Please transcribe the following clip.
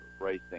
racing